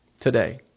Today